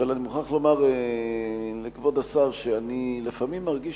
אבל אני מוכרח לומר לכבוד השר שלפעמים אני מרגיש